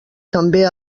també